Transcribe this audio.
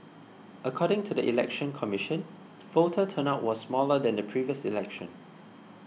according to the Election Commission voter turnout was smaller than the previous election